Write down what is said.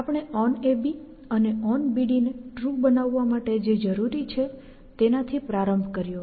આપણે onAB અને onBD ને ટ્રુ બનાવવા માટે જે જરૂરી છે તેનાથી પ્રારંભ કર્યો